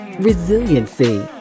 Resiliency